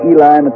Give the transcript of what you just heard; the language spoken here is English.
Eli